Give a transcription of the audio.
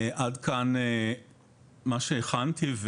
עד כאן מה שהכנתי.